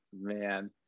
Man